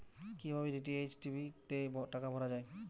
কি ভাবে DTH TV তে টাকা ভরা হয়?